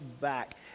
back